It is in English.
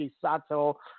Sato